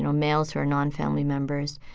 and um males who are non-family members,